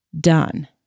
done